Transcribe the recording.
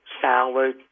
salad